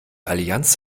allianz